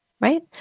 Right